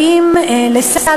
איך.